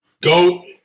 Go